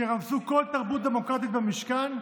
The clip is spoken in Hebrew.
שרמסו כל תרבות דמוקרטית במשכן,